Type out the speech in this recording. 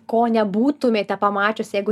ko nebūtumėte pamačius jeigu